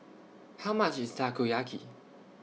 How much IS Takoyaki